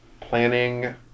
planning